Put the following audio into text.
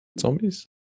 Zombies